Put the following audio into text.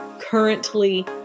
currently